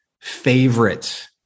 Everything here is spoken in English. favorite